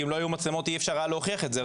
כי אם לא היו מצלמות אי אפשר היה להוכיח את זה.